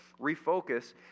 refocus